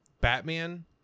batman